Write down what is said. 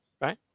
right